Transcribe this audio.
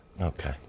Okay